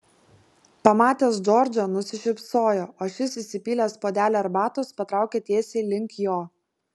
pamatęs džordžą nusišypsojo o šis įsipylęs puodelį arbatos patraukė tiesiai link jo